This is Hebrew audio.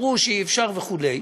אמרו שאי-אפשר וכו'.